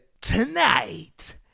Tonight